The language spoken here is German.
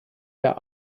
der